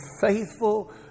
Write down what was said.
faithful